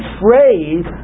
phrase